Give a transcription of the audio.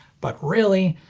but really,